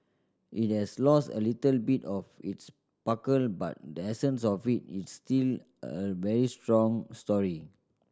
it has lost a little bit of its sparkle but the essence of it is still a very strong story